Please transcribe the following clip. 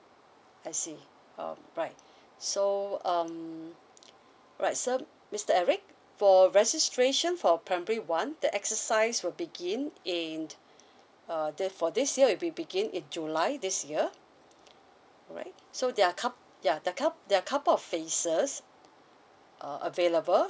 I see um right so um right sir mister eric for registration for primary one the exercise will begin in err for this year it will begin in july this year right so there are coup~ there are coup~ couple of phases uh available